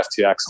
FTX